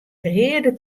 reade